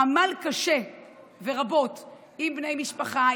עמל קשה ורבות עם בני משפחה,